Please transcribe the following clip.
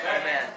Amen